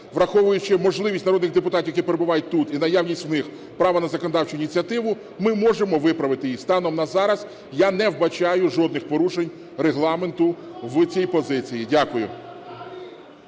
враховуючи можливість народних депутатів, які перебувають тут, і наявність у них права на законодавчу ініціативу, ми можемо виправити. І станом на зараз я не вбачаю жодних порушень Регламенту в цій позиції. Дякую.